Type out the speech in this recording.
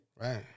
Right